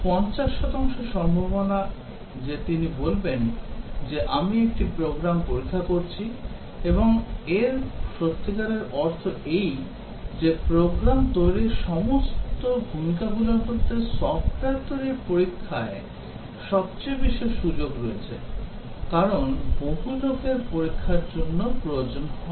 50 শতাংশ সম্ভাবনা যে তিনি বলবেন যে আমি একটি প্রোগ্রাম পরীক্ষা করছি এবং এর সত্যিকারের অর্থ এই যে প্রোগ্রাম তৈরীর সমস্ত ভূমিকা গুলোর মধ্যে সফটওয়্যার তৈরির পরীক্ষায় সবচেয়ে বেশি সুযোগ রয়েছে কারণ বহু লোকের পরীক্ষার জন্য প্রয়োজন হয়